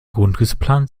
grundrissplan